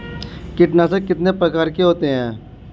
कीटनाशक कितने प्रकार के होते हैं?